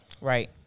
Right